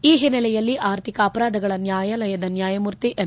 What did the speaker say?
ಈ ಹಿನ್ನೆಲೆಯಲ್ಲಿ ಆರ್ಥಿಕ ಅಪರಾಧಗಳ ನ್ಯಾಯಾಲಯದ ನ್ಯಾಯಮೂರ್ತಿ ಎಂ